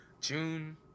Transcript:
June